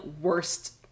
worst